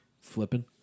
flipping